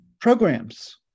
programs